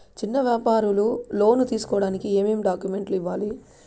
చిన్న వ్యాపారులు లోను తీసుకోడానికి ఏమేమి డాక్యుమెంట్లు ఇవ్వాలి?